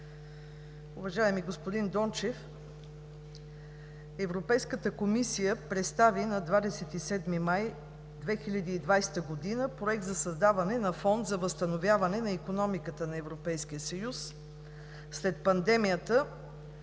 Уважаеми господин Дончев, Европейската комисия представи на 27 май 2020 г. проект за създаване на фонд за възстановяване на икономиката на Европейския съюз след пандемията,